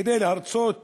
כדי לרצות